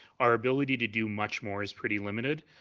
our ability to do much more is pretty limited.